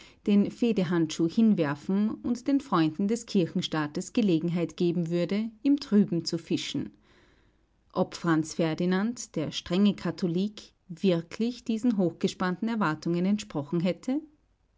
den fehdehandschuh hinwerfen und den freunden des kirchenstaates gelegenheit geben würde im trüben zu fischen ob franz ferdinand der strenge katholik wirklich diesen hochgespannten erwartungen entsprochen hätte